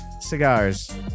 cigars